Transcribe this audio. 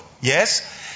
Yes